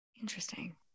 Interesting